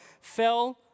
fell